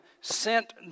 sent